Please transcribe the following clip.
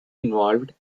involved